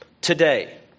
today